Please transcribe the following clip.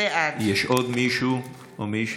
בעד יש עוד מישהו או מישהי?